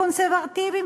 מקונסרבטיבים,